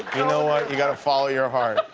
you know what? you've got to follow your heart.